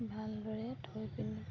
ভালদৰে থৈ পিনি